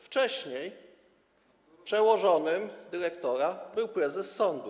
Wcześniej przełożonym dyrektora był prezes sądu.